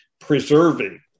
preserving